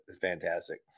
fantastic